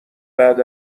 بعد